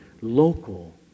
local